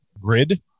GRID